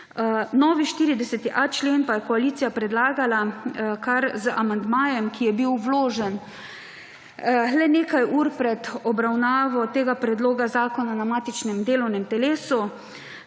Novi 40.a člen pa je koalicija predlagala kar z amandmajem, ki je bil vložen le nekaj ur pred obravnavo tega predloga zakona na matičnem delovnem telesu.